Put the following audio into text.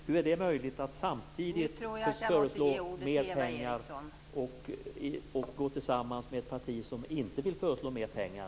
Hur är det möjligt att i en sådan här artikel föreslå mer pengar och samtidigt gå tillsammans med ett parti som inte vill anvisa mer pengar?